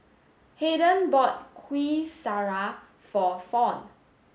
Hayden bought Kuih Syara for Fawn